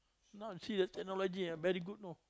now you see that technology ah very good know